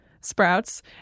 sprouts